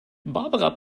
barbara